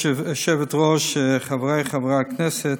גברתי היושבת-ראש, חברי חברי הכנסת,